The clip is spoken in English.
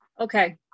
Okay